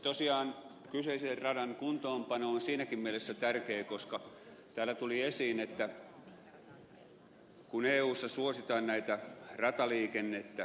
tosiaan kyseisen radan kuntoonpano on siinäkin mielessä tärkeä koska täällä tuli esiin että eussa suositaan rataliikennettä